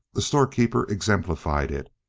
the storekeeper exemplified it,